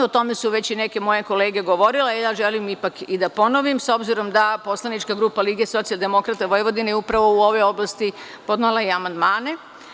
O tome su već i neke moje kolege govorile, ja želim ipak i da ponovim, s obzirom da poslanička grupa LSV je upravo u ovoj oblasti podnela i amandmane.